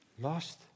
Lost